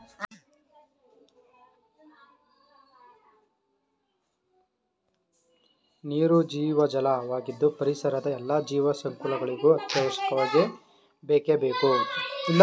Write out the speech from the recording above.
ನೀರು ಜೀವಜಲ ವಾಗಿದ್ದು ಪರಿಸರದ ಎಲ್ಲಾ ಜೀವ ಸಂಕುಲಗಳಿಗೂ ಅತ್ಯವಶ್ಯಕವಾಗಿ ಬೇಕೇ ಬೇಕು